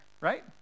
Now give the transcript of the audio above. right